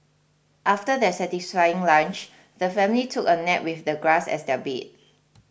after their satisfying lunch the family took a nap with the grass as their bed